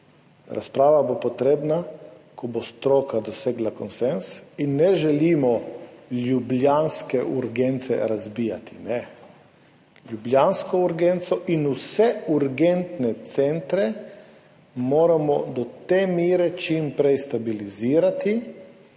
Razprava bo potrebna, ko bo stroka dosegla konsenz. Ne želimo ljubljanske urgence razbijati. Ne, ljubljansko urgenco in vse urgentne centre moramo do te mere čim prej stabilizirati,